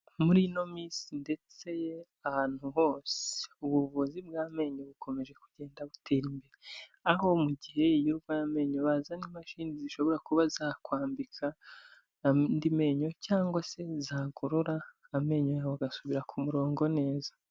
Muri ino minsi ndetse ahantu hose, ubuvuzi bw'amenyo bukomeje kugenda butera imbere, aho mu gihe iyo urwaye amenyo bazana imashini zishobora kuba zakwambika andi menyo cyangwa se zagorora amenyo yawe agasubira ku murongo neza.